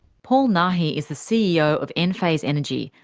paul nahi is the ceo of enphase energy,